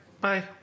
Bye